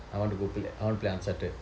I want to go pla~ I want to play uncharted